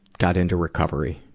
got into recovery.